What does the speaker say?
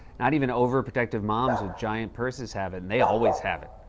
not even overprotective moms with giant purses have it, and they always have it.